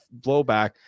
blowback